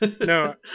No